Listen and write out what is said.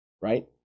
right